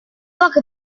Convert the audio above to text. poche